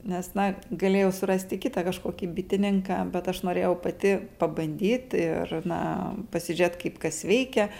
nes na galėjau surasti kitą kažkokį bitininką bet aš norėjau pati pabandyt ir na pasižiūrėt kaip kas veikia